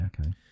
okay